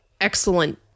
excellent